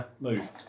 move